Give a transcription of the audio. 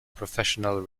professional